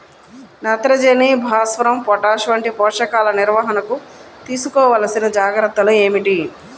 నత్రజని, భాస్వరం, పొటాష్ వంటి పోషకాల నిర్వహణకు తీసుకోవలసిన జాగ్రత్తలు ఏమిటీ?